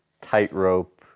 tightrope